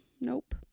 nope